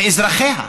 זה אזרחיה.